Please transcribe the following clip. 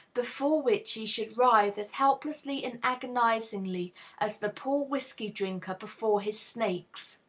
before which he should writhe as helplessly and agonizingly as the poor whiskey-drinker before his snakes.